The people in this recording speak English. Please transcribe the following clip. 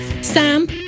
Sam